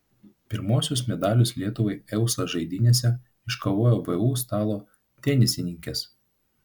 pirmuosius medalius lietuvai eusa žaidynėse iškovojo vu stalo tenisininkės